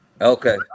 Okay